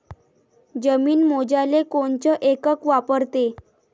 जमीन मोजाले कोनचं एकक वापरते?